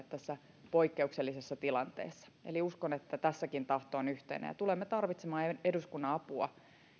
tässä poikkeuksellisessa tilanteessa eli uskon että tässäkin tahto on yhteinen tulemme tarvitsemaan eduskunnan apua